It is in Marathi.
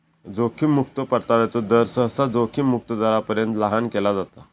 जोखीम मुक्तो परताव्याचो दर, सहसा जोखीम मुक्त दरापर्यंत लहान केला जाता